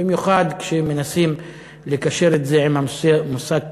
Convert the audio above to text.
במיוחד כשמנסים לקשר את זה עם המושג כבוד,